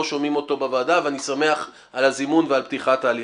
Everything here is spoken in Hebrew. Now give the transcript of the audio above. שומעים אותו בוועדה ואני שמח על הזימון על פתיחת תהליך.